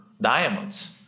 diamonds